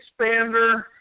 expander